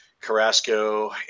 Carrasco